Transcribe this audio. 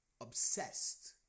obsessed